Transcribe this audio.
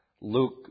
Luke